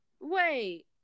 Wait